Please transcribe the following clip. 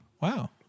Wow